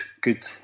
good